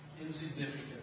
insignificant